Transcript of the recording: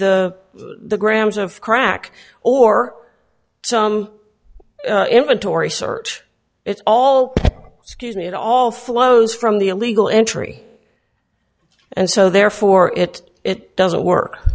the the grams of crack or some inventory search it's all scuse me it all flows from the illegal entry and so therefore it it doesn't work